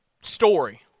story